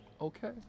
Okay